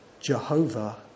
Jehovah